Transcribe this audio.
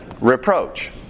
Reproach